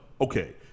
Okay